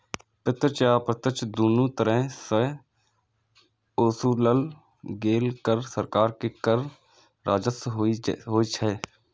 प्रत्यक्ष आ अप्रत्यक्ष, दुनू तरह सं ओसूलल गेल कर सरकार के कर राजस्व होइ छै